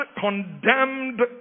condemned